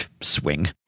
swing